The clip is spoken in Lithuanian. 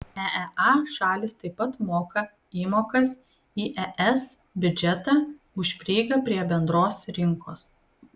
eea šalys taip pat moka įmokas į es biudžetą už prieigą prie bendros rinkos